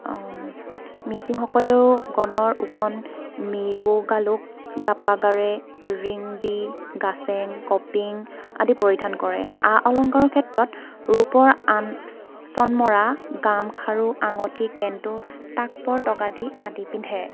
মিচিংসকলেও গণৰ গণ মেইবু গালোক গাপা গাৰে ৰিংবি গাচেং কপিং আদি পৰিধান কৰে আ অলংকাৰৰ ক্ষেত্ৰত ৰূপৰ আনচনমৰা গামখাৰু আঙঠি কেন্দুৰ তাতপৰ টকাদি আদি পিন্ধে